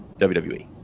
WWE